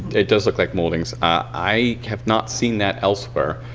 it does look like moldings. i have not seen that elsewhere.